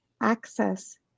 access